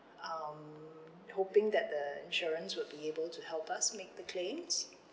um hoping that the insurance will be able to help us make the claims